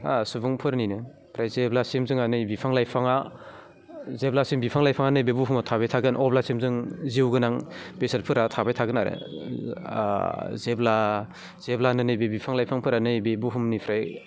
हा सुबुंफोरनिनो ओमफ्राय जेब्लासिम जोंहा नै बिफां लाइफाङा जेब्लासिम बिफां लाइफाङा नैबे बुहुमाव थाबाय थागोन अब्लासिम जों जिउगोनां बेसादफोरा थाबाय थागोन आरो जेब्ला जेब्ला नैबे बिफां लाइफांफोरा नैबे बुहुमनिफ्राय